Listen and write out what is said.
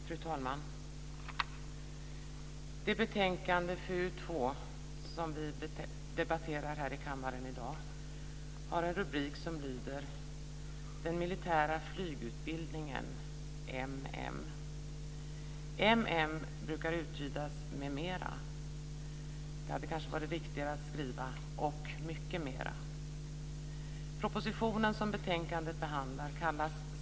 Fru talman! Det betänkande, FöU2, som vi debatterar här i kammaren i dag har en rubrik som lyder: Den militära flygutbildningen m.m. M.m. brukar uttydas med mera. Det hade kanske varit riktigare att skriva: och mycket mera.